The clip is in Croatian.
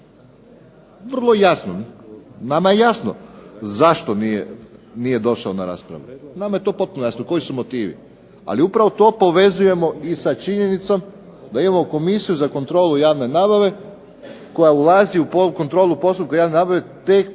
Vrlo jasno, nama je jasno zašto nije došao na raspravu. Nama je to potpuno jasno koji su motivi, ali upravo to povezujemo i sa činjenicom da imamo Komisiju za kontrolu javne nabave koja ulazi u kontrolu postupka javne nabave tek